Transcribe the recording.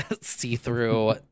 see-through